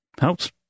helps